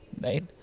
right